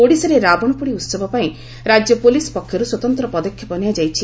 ଓଡ଼ିଶାରେ ରାବଣ ପୋଡ଼ି ଉହବ ପାଇଁ ରାଜ୍ୟ ପୁଲିସ୍ ପକ୍ଷରୁ ସ୍ୱତନ୍ତ ପଦକ୍ଷେପ ନିଆଯାଇଛି